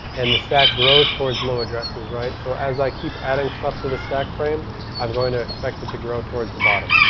and the stack grows towards low addresses right so as i keep adding stuff to the stack frame i'm going to expect it to grow toward the bottom